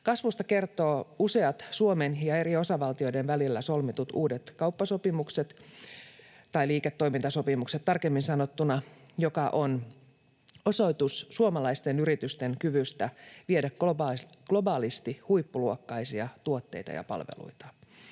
Kasvusta kertovat useat Suomen ja eri osavaltioiden välillä solmitut uudet kauppasopimukset — tai liiketoimintasopimukset tarkemmin sanottuna — jotka ovat osoitus suomalaisten yritysten kyvystä viedä globaalisti huippuluokkaisia tuotteita ja palveluita.